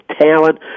talent